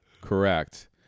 Correct